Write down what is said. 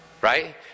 right